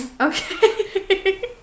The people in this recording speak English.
Okay